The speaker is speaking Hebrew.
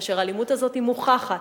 כאשר האלימות הזאת מוכחת,